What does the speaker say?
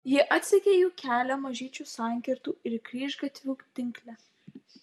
ji atsekė jų kelią mažyčių sankirtų ir kryžgatvių tinkle